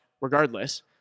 regardless